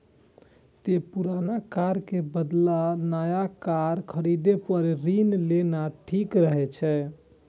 तें पुरान कार के बदला नया कार खरीदै पर ऋण लेना ठीक रहै छै